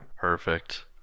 Perfect